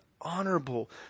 honorable